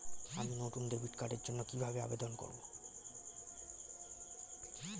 আমি নতুন ডেবিট কার্ডের জন্য কিভাবে আবেদন করব?